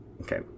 Okay